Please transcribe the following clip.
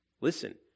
Listen